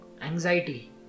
anxiety